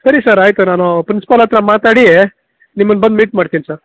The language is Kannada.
ಸರಿ ಸರ್ ಆಯ್ತು ನಾನೂ ಪ್ರಿನ್ಸಿಪಾಲ್ ಹತ್ರ ಮಾತಾಡೀ ನಿಮ್ಮನ ಬಂದ್ ಮೀಟ್ ಮಾಡ್ತಿನ್ ಸರ್